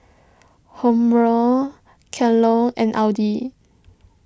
Hormel Kellogg's and Audi